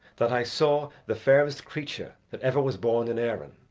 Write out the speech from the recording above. that i saw the fairest creature that ever was born in erin,